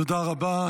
תודה רבה.